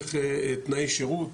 דרך תנאי שירות,